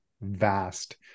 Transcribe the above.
vast